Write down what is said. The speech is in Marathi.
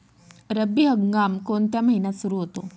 रब्बी हंगाम कोणत्या महिन्यात सुरु होतो?